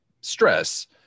stress